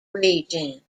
region